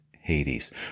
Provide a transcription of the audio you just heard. Hades